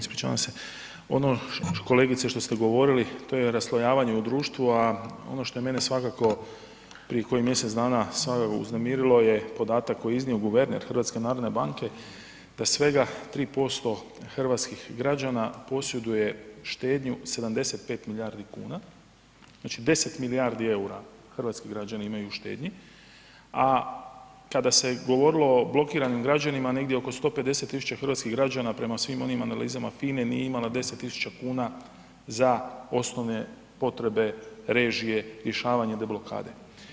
Ono kolegice što ste govorili, to je raslojavanje u društvu a ono što je mene svakako prije koji mjesec dana sva uznemirilo je podatak koji je iznio guverner HNB-a da svega 3% hrvatskih građana posjeduje štednju 75 milijardi kuna, znači 10 milijardi eura hrvatski građani imaju u štednji a kada se govorilo o blokiranim građanima, negdje oko 150 000 hrvatskih građana prema svim onim analizama FINA-e, nije imala 10 000 kuna za osnovne potrebe, režije, rješavanje, deblokade.